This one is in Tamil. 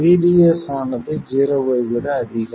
VDS ஆனது ஜீரோவை விட அதிகம்